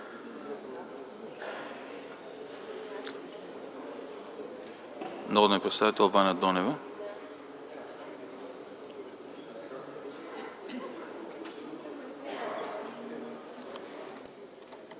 народният представител Ваня Донева.